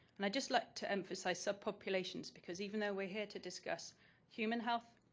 and i'd just like to emphasize subpopulations because even though we're here to discuss human health,